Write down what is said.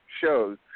shows